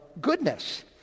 goodness